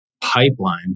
pipeline